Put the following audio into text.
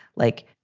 like,